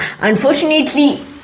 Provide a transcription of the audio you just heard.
unfortunately